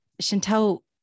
Chantelle